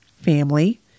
family